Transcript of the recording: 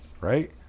Right